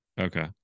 Okay